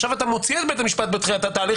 עכשיו אתה מוציא את בית המשפט בתחילת התהליך